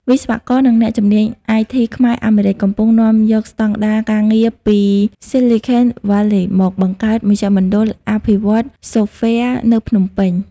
វិស្វករ និងអ្នកជំនាញ IT ខ្មែរ-អាមេរិក កំពុងនាំយកស្ដង់ដារការងារពី Silicon Valley មកបង្កើតមជ្ឈមណ្ឌលអភិវឌ្ឍន៍សូហ្វវែរ នៅភ្នំពេញ។